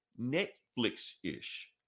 netflix-ish